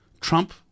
Trump